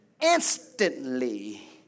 instantly